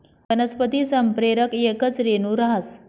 वनस्पती संप्रेरक येकच रेणू रहास